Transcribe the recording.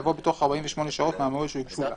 יבוא: "בתוך 48 שעות מהמועד שהוגשו לה".